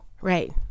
Right